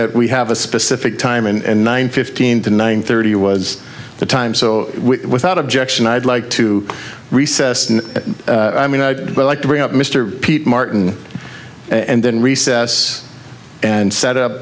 that we have a specific time and nine fifteen to nine thirty was the time so without objection i'd like to recess and i mean i'd like to bring up mr peet martin and then recess and set up